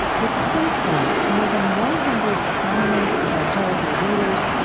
but since then, more than one hundred prominent evangelical leaders,